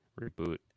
reboot